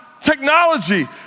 technology